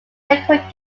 frequent